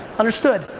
understood.